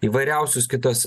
įvairiausius kitas